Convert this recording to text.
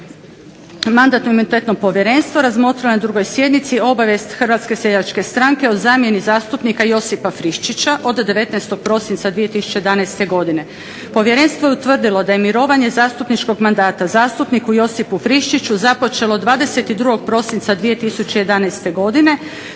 Mandatno-imunitetno povjerenstvo razmotrilo je na 2. sjednici obavijest Hrvatske seljačke stranke o zamjeni zastupnika Josipa Friščića od 19. prosinca 2011. godine. Povjerenstvo je utvrdilo da je mirovanje zastupničkog mandata zastupniku Josipu Friščiću započelo 22. prosinca 2011. godine